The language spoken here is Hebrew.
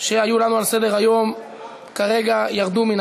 שהיו לנו על סדר-היום כרגע ירדו מן